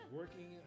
working